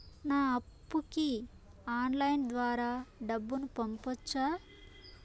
నా అప్పుకి ఆన్లైన్ ద్వారా డబ్బును పంపొచ్చా